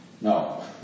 No